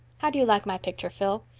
how do you like my picture, phil?